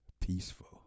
Peaceful